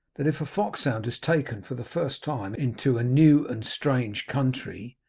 that if a foxhound is taken for the first time into a new and strange country,